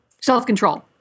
Self-control